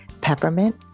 peppermint